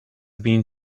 been